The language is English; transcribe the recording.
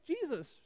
Jesus